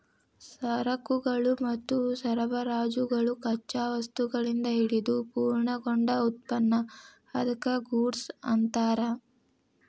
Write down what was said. ಸರಕುಗಳು ಮತ್ತು ಸರಬರಾಜುಗಳು ಕಚ್ಚಾ ವಸ್ತುಗಳಿಂದ ಹಿಡಿದು ಪೂರ್ಣಗೊಂಡ ಉತ್ಪನ್ನ ಅದ್ಕ್ಕ ಗೂಡ್ಸ್ ಅನ್ತಾರ